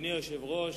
אדוני היושב-ראש,